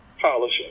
polishing